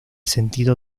sentido